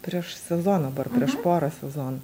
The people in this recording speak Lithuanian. prieš sezoną dar prieš porą sezonų